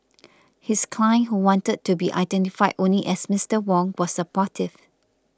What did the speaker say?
his client who wanted to be identified only as Mister Wong was supportive